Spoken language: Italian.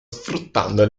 sfruttando